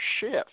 shift